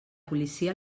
policia